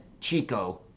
Chico